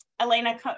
Elena